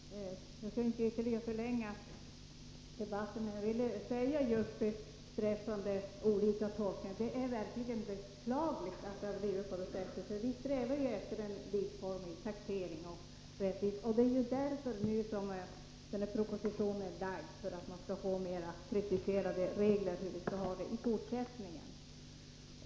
Fru talman! Jag skall inte ytterligare förlänga debatten, men vad jag vill säga just med utgångspunkt i de olika tolkningarna av ”regelmässigt” är att det verkligen är beklagligt att det blivit på det sättet. Vi strävar efter att uppnå en likformig och rättvis taxering, och den här propositionen har blivit framlagd för att vi skall få mer preciserade regler för hur vi skall ha det i fortsättningen.